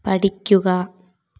പഠിക്കുക